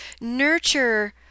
nurture